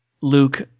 Luke